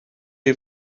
chi